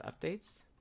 updates